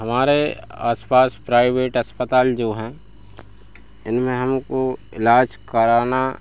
हमारे आस पास प्राइवेट अस्पताल जो हैं इनमें हमको इलाज कराना